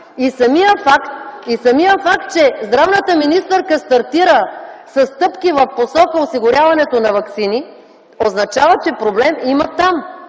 Самият факт, че здравната министърка стартира със стъпки в посока осигуряването на ваксини означава, че проблем има там